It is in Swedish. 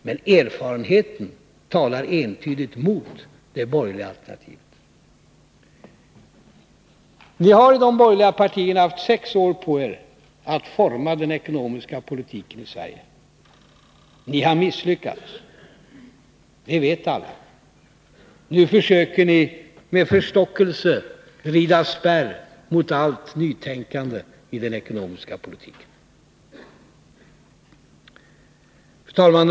Men erfarenheten talar entydigt mot det borgerliga alternativet. Nii de borgerliga partierna har haft sex år på er att forma den ekonomiska politiken i Sverige. Ni har misslyckats — det vet alla. Nu försöker ni med förstockelse rida spärr mot allt nytänkande i den ekonomiska politiken.